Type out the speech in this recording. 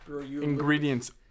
Ingredients